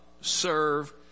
serve